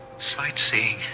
Sightseeing